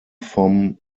vom